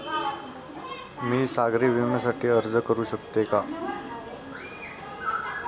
मी सागरी विम्यासाठी अर्ज करू शकते का?